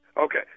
Okay